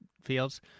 fields